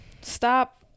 Stop